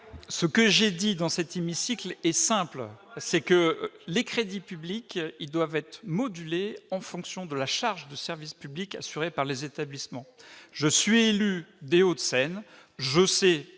que j'ai exposé dans cet hémicycle est simple : j'estime que les crédits publics doivent être modulés en fonction de la charge de service public assumée par les établissements. Élu du département des Hauts-de-Seine, je crois